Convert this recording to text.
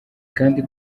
kandi